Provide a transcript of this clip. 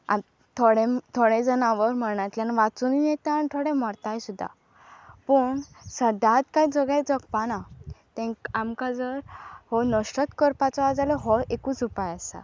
थोडे थोडे जनाव मरणांतल्यान वाचुनूय येता आनी थोडे मरताय सुद्दा पूण सदांच कांय जगाय जगपाना तें आमकां जर हो नश्टत करपाचो आहा जाल्यार हो एकूच उपाय आसा